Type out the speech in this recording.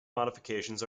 modifications